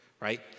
right